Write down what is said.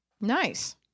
nice